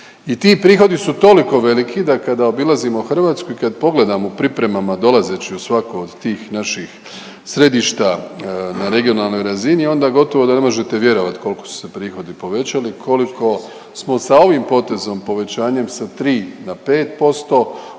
i ti prihodi su toliko veliki da kada obilazimo Hrvatsku i kad pogledamo u pripremama dolazeći u svako od tih naših središta na regionalnoj razini onda gotovo da ne možete vjerovat koliko su se prihodi povećali, koliko smo sa ovim potezom povećanjem sa 3 na 5%, učinili